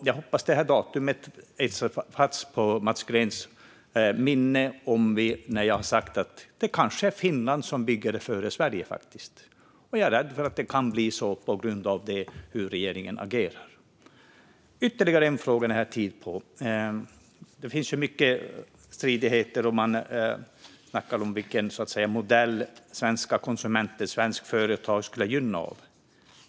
Jag hoppas att detta datum etsar sig fast i Mats Greens minne, dagen då jag sa att Finland kanske hinner före Sverige. Jag är rädd att det kan bli så på grund av hur regeringen agerar. Jag har tid att ställa ytterligare en fråga. Det råder delade meningar om vilken modell svenska konsumenter och företag skulle gynnas av.